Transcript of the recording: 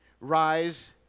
Rise